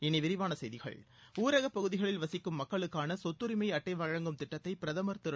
இனி விரிவான செய்திகள் ஊரகப் பகுதிகளில் வசிக்கும் மக்களுக்கான சொத்தரிமை அட்டை வழங்கும் திட்டத்தை பிரதமா் திரு